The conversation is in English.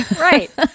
Right